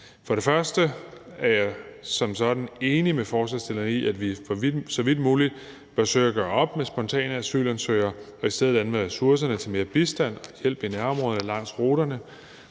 For det første er jeg som sådan enig med forslagsstillerne i, at vi så vidt muligt bør søge at gøre op med spontan asylansøgning og i stedet anvende ressourcerne til mere bistand og hjælp i nærområderne langs ruterne.